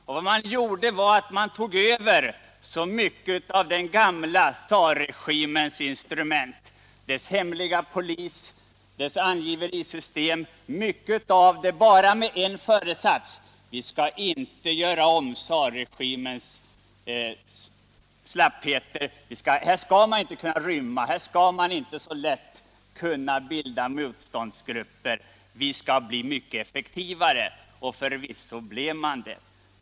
Vad gruppen gjorde var att den tog över så mycket av den gamla tsarregimens instrument — t.ex. dess hemliga polis och dess angiverisystem — bara med en föresats: vi skall inte göra om tsarregimens misstag. Ingen skall kunna rymma. Ingen skall kunna bilda motståndsgrupper. Vi skall bli mycket effektivare. Och förvisso blev man det.